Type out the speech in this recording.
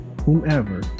whomever